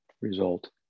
result